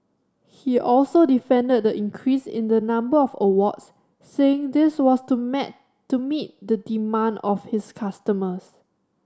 he also defended the increase in the number of awards saying this was to met to meet the demand of his customers